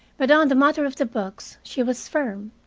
but on the matter of the books she was firm.